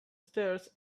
stairs